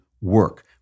work